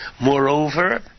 Moreover